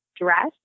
dress